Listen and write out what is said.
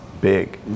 big